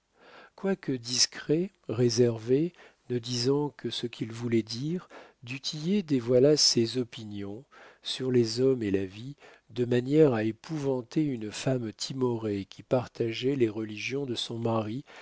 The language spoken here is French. quoique discret réservé ne disant que ce qu'il voulait dire du tillet dévoila ses opinions sur les hommes et la vie de manière à épouvanter une femme timorée qui partageait les religions de son mari